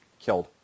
killed